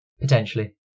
Potentially